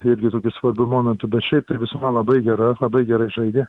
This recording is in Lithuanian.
irgi tokiu svarbiu momentu bet šiaip ir visuma labai gera labai gerai žaidė